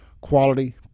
quality